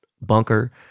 bunker